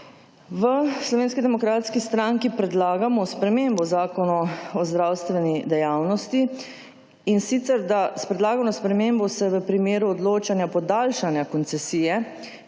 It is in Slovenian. zdravstvene službe. V SDS predlagamo spremembo Zakona o zdravstveni dejavnosti in sicer, da s predlagano spremembo se v primeru odločanja podaljšanja koncesije